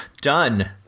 Done